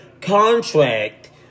contract